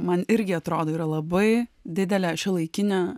man irgi atrodo yra labai didelė šiuolaikinio